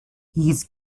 his